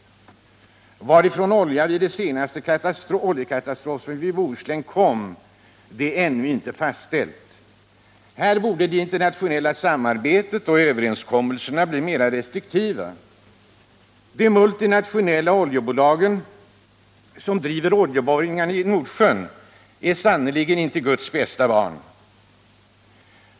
Varifrån oljan vid den senaste oljekatastrofen vid Bohuskusten kom är ännu inte fastställt. Här borde det internationella samarbetet utökas och överenskom melserna bli mera restriktiva. De multinationella oljebolagen, som driver oljeborrningarna i Nordsjön, är sannerligen inte Guds bästa barn.